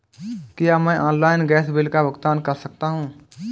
क्या मैं online gas bill का भुगतान कर सकता हूँ?